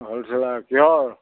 হ'লচেলাৰ কিহৰ